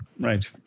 Right